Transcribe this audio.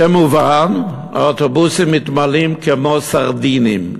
כמובן, האוטובוסים מתמלאים כמו קופסת סרדינים.